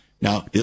Now